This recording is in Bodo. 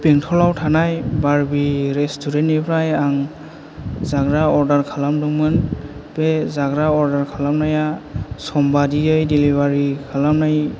बेंथलआव थानाय बारबि रिस्तुरेन्टनिफ्राय आं जाग्रा अर्दार खालामदोंमोन बे जाग्रा अर्दार खालामनाया सम बायदियै दिलिभारि खालामनाय